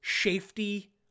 Safety